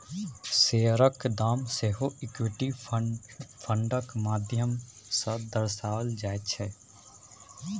शेयरक दाम सेहो इक्विटी फंडक माध्यम सँ दर्शाओल जाइत छै